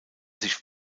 sich